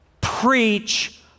preach